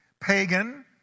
pagan